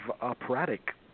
operatic